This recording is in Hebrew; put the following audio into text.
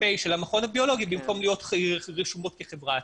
של המכון הביולוגי במקום להיות רשומות כחברה עצמאית.